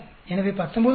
எனவே 19